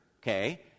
Okay